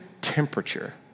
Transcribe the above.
temperature